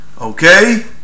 okay